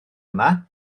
yma